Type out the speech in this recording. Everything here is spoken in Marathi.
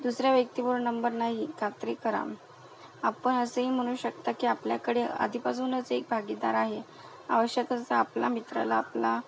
दुसऱ्या व्यक्तीबरोबर नंबर नाही खात्री करा आपण असेही म्हणू शकता की आपल्याकडे आधीपासूनच एक भागीदार आहे आवश्यक असं आपला मित्राला आपला